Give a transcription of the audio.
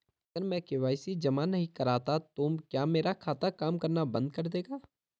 अगर मैं के.वाई.सी जमा नहीं करता तो क्या मेरा खाता काम करना बंद कर देगा?